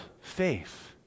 faith